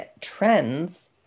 trends